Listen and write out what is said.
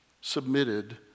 Submitted